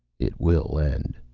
it will end,